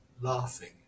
laughing